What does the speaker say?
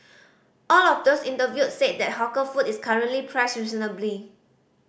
all of those interviewed said that hawker food is currently priced reasonably